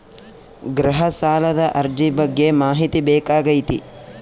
ಗೃಹ ಸಾಲದ ಅರ್ಜಿ ಬಗ್ಗೆ ಮಾಹಿತಿ ಬೇಕಾಗೈತಿ?